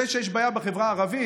זה שיש בעיה בחברה הערבית,